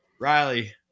riley